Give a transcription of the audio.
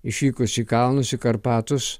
išvykus į kalnus į karpatus